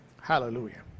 hallelujah